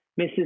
Mrs